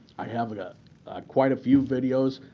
i have got quite a few videos.